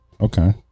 Okay